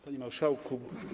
Panie Marszałku!